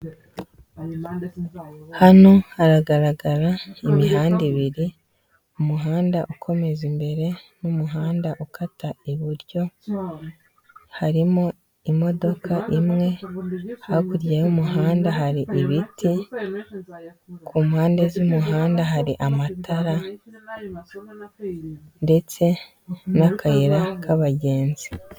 Ukoresheje ikorana buhanga byagutabara nyamara igihe utashye wibereye mu rugo ukabona nk’ agapantaro ukabura uko ukagura wenda kujya k’isoko ushobora kukwereka umuntu agahita akubwira kagurira aha n'aha ugahita ukakishyura agahita kakuzanira rwose.